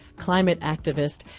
climate activist.